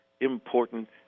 important